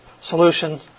solution